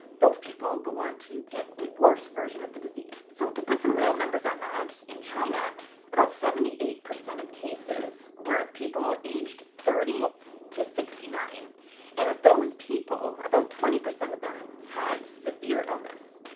those people go on to get a worse version of the disease. so to put some real numbers on that, in china about seventy eight percent of cases were people aged thirty to sixty nine and of those people about twenty percent of them had severe illness.